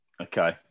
Okay